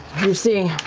you see,